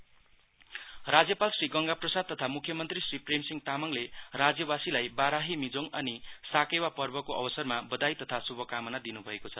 governor CM message राज्यपाल श्री गंगा प्रसाद तथा मुख्यमन्त्री श्री प्रेमसिंह तामाङले राज्यवासीलाई बाराहिमीजोङ अनि साकेवा पर्वको अवसरमा बधाई तथा शुभकामना दिनुभएको छ